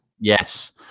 Yes